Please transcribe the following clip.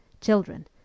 children